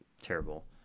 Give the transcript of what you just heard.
terrible